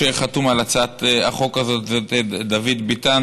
שחתום על הצעת החוק הזאת זה דוד ביטן,